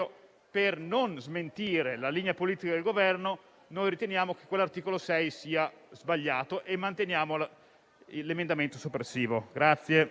per non smentire la linea politica del Governo, riteniamo che l'articolo 6 sia sbagliato e manteniamo l'emendamento soppressivo.